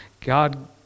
God